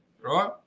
right